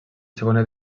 segona